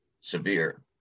severe